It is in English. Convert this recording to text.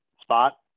spot